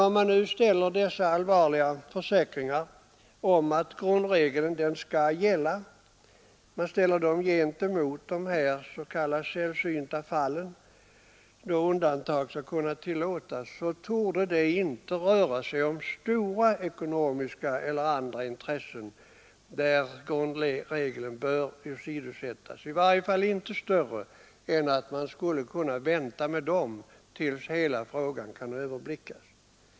Om man ställer dessa allvarliga försäkringar — att grundregeln skall gälla — gentemot de s.k. sällsynta fall då undantag skall tillåtas, så torde det inte röra sig om så stora ekonomiska eller andra intressen att grundregeln bör åsidosättas, i varje fall inte större än att man skulle kunna vänta med igångsättningstillstånd tills hela frågan kan överblickas.